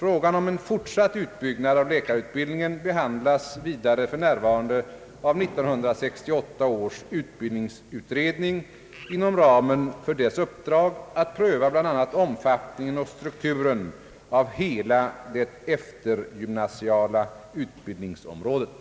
Frågan om en fortsatt utbyggnad av läkarutbildningen behandlas vidare f. n. av 1968 års utbildningsutredning inom ramen för dess uppdrag att pröva bl.a. omfattningen och strukturen av hela det eftergymnasiala utbildningsområdet.